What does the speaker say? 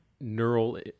neural